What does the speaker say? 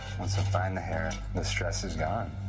once i find the hair, the stress is gone